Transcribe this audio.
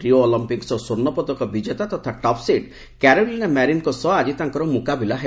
Rio ଅଲମ୍ପିକ୍ୱର ସ୍ୱର୍ଣ୍ଣପଦକ ବିଜେତା ତଥା ଟପ୍ସିଡ୍ କାରୋଲିନା ମାରିନ୍ଙ୍କ ସହ ଆଜି ତାଙ୍କର ମୁକାବିଲା ହେବ